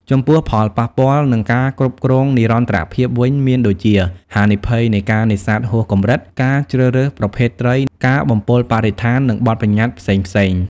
ចំពោះ ផលប៉ះពាល់ និងការគ្រប់គ្រងនិរន្តរភាពវិញមានដូចជា ហានិភ័យនៃការនេសាទហួសកម្រិត ការជ្រើសរើសប្រភេទត្រី ការបំពុលបរិស្ថាន និងបទប្បញ្ញត្តិផ្សេងៗ។